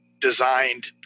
designed